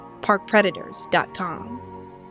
parkpredators.com